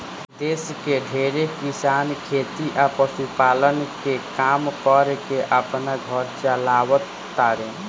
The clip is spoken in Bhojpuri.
देश के ढेरे किसान खेती आ पशुपालन के काम कर के आपन घर चालाव तारे